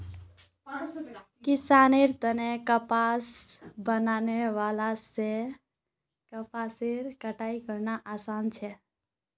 किसानेर तने कपास बीनने वाला से कपासेर कटाई करना आसान छे